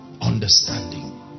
Understanding